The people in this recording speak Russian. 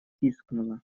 пискнула